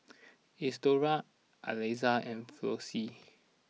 Isadora Aliza and Flossie